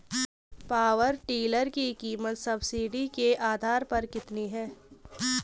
Power tiller की कीमत subsidy के आधार पर कितनी है?